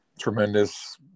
tremendous